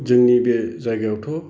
जोंनि बे जायगायावथ'